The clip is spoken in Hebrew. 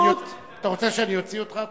אתה רוצה שאני אוציא אותך?